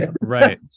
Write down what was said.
Right